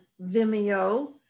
Vimeo